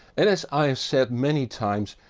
and as i have said many times,